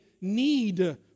need